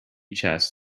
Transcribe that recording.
chests